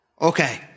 Okay